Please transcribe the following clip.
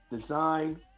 Design